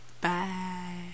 Bye